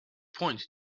point